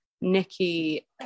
nikki